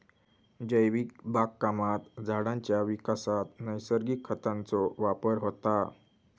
जैविक बागकामात झाडांच्या विकासात नैसर्गिक खतांचो वापर होता